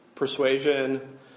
persuasion